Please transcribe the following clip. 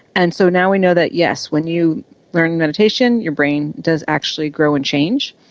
and so now we know that, yes, when you learn meditation your brain does actually grow and change.